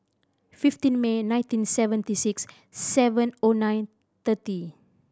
fifteen May nineteen seventy six seven O nine thirty